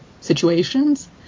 situations